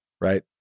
right